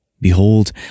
Behold